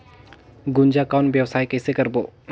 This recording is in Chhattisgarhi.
गुनजा कौन व्यवसाय कइसे करबो?